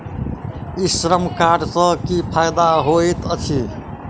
ई श्रम कार्ड सँ की फायदा होइत अछि?